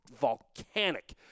volcanic